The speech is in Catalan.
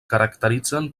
caracteritzen